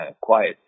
quiet